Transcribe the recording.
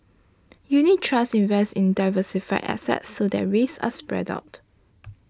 unit trusts invest in diversified assets so that risks are spread out